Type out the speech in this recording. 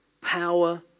Power